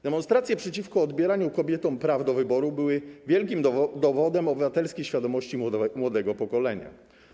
Demonstracje przeciwko odbieraniu kobietom prawa wyboru były wielkim dowodem obywatelskiej świadomości młodego pokolenia.